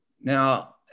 Now